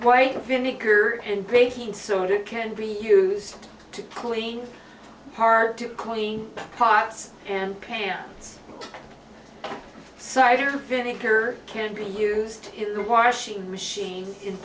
white vinegar and breaking so it can be used to clean part to clean pots and pans cider vinegar can be used in the washing machine in